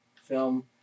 film